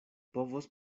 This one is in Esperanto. povos